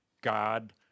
God